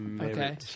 Okay